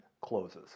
closes